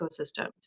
ecosystems